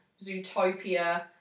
Zootopia